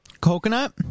Coconut